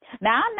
Now